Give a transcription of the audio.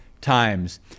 times